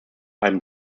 einem